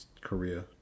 Korea